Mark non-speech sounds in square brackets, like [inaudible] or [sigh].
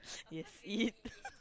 yes eat [laughs]